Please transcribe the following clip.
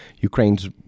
ukraine's